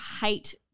hate